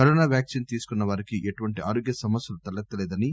corona vaccine తీసుకున్న వారికి ఎటువంటి ఆరోగ్య సమస్యలు తలెత్తలేదని